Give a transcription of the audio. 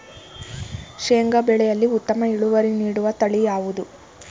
ಶೇಂಗಾ ಬೆಳೆಯಲ್ಲಿ ಉತ್ತಮ ಇಳುವರಿ ನೀಡುವ ತಳಿ ಯಾವುದು?